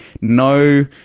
no